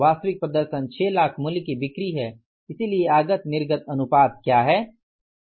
वास्तविक प्रदर्शन 6 लाख मूल्य की बिक्री है इसलिए आगत निर्गत अनुपात क्या है